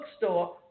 bookstore